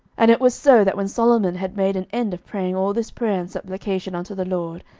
and it was so, that when solomon had made an end of praying all this prayer and supplication unto the lord,